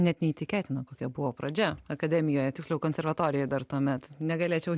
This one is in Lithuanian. net neįtikėtina kokia buvo pradžia akademijoje tiksliau konservatorijoj dar tuomet negalėčiau